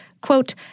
quote